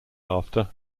after